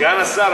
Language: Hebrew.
סגן השר,